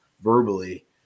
verbally